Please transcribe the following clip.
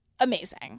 amazing